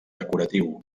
decoratiu